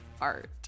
art